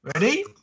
Ready